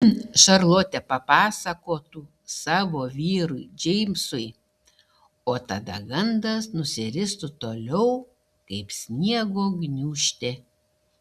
šarlotė papasakotų savo vyrui džeimsui o tada gandas nusiristų toliau kaip sniego gniūžtė